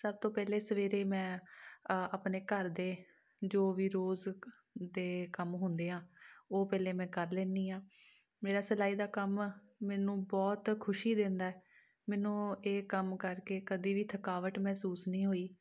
ਸਭ ਤੋਂ ਪਹਿਲੇ ਸਵੇਰੇ ਮੈਂ ਆਪਣੇ ਘਰ ਦੇ ਜੋ ਵੀ ਰੋਜ਼ ਦੇ ਕੰਮ ਹੁੰਦੇ ਆ ਉਹ ਪਹਿਲਾਂ ਮੈਂ ਕਰ ਲੈਂਦੀ ਹਾਂ ਮੇਰਾ ਸਿਲਾਈ ਦਾ ਕੰਮ ਮੈਨੂੰ ਬਹੁਤ ਖੁਸ਼ੀ ਦਿੰਦਾ ਮੈਨੂੰ ਇਹ ਕੰਮ ਕਰਕੇ ਕਦੇ ਵੀ ਥਕਾਵਟ ਮਹਿਸੂਸ ਨਹੀਂ ਹੋਈ